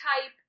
type